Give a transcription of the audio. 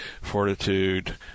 fortitude